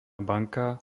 banka